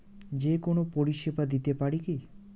যে কোনো পরিষেবা দিতে পারি কি?